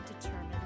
determined